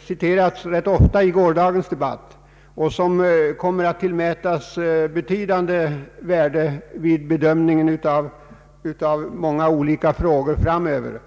citerades rätt ofta i gårdagens debatt och som kommer att tillmätas betydande värde vid bedömningen av många olika frågor framöver.